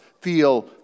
feel